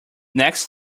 next